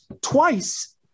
twice